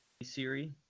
Siri